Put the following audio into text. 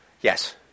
Yes